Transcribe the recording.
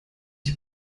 die